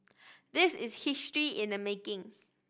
this is history in the making